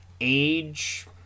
age